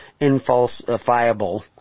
infalsifiable